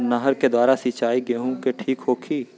नहर के द्वारा सिंचाई गेहूँ के ठीक होखि?